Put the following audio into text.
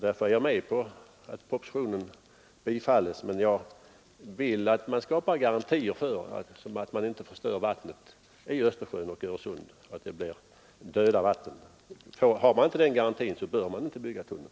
Därför är jag med på att propositionen bifalles, men jag vill att man skapar garantier för att inte vattnet i Östersjön och Öresund blir förstört genom tunnelbygget. Det får inte bli några döda vatten. Om man inte har en sådan garanti, bör man inte bygga tunneln.